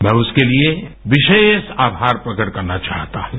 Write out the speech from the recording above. मैं उसके लिए विशेष आभार प्रकट करना चाहता हूँ